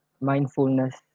mindfulness